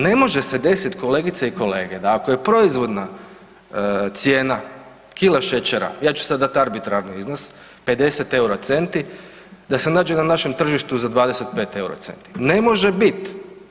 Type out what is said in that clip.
Ne može se desiti kolegice i kolege da ako je proizvodna cijena kila šećara ja ću sada dati arbitrarni iznos 50 euro centi, da se nađe na našem tržištu za 25 euro centi, ne može biti.